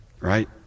right